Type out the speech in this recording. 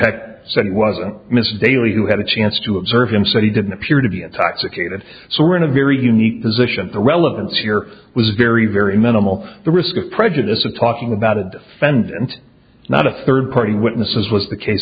mr daly who had a chance to observe him so he didn't appear to be intoxicated so we're in a very unique position the relevance here was very very minimal the risk of prejudice of talking about a defendant not a third party witnesses was the case